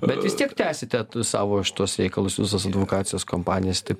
bet vis tiek tęsite savo šituos reikalus visas advokacijos kampanijas taip